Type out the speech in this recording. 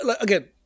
Again